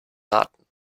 raten